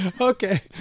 Okay